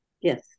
Yes